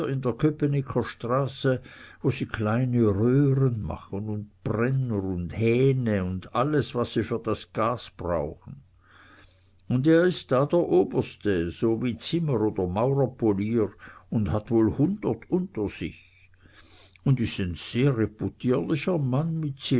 in der köpnicker straße wo sie kleine röhren machen und brenner und hähne und alles was sie für den gas brauchen und er ist da der oberste so wie zimmer oder mauerpolier un hat wohl hundert unter sich un is ein sehr reputierlicher mann mit